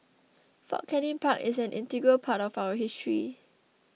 Fort Canning Park is an integral part of our history